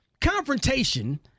Confrontation